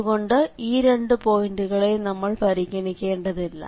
അതുകൊണ്ട് ഈ രണ്ട് പോയിന്റുകളെയും നമ്മൾ പരിഗണിക്കേണ്ടതില്ല